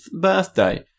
birthday